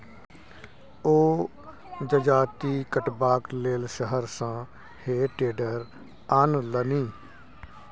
ओ जजाति कटबाक लेल शहर सँ हे टेडर आनलनि